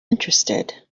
interested